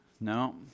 no